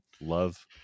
love